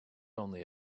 only